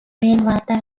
rainwater